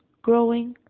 growing,